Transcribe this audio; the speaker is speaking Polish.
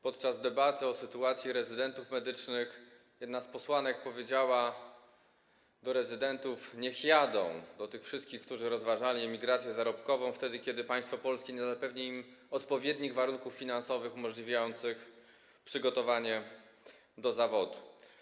Podczas debaty o sytuacji rezydentów medycznych jedna z posłanek powiedziała do rezydentów: niech jadą, do tych wszystkich, którzy rozważali emigrację zarobkową, kiedy państwo polskie nie zapewnia im odpowiednich warunków finansowych, umożliwiających przygotowanie do zawodu.